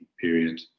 period